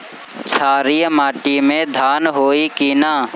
क्षारिय माटी में धान होई की न?